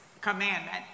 commandment